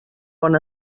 bon